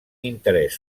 interès